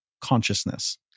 consciousness